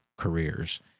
careers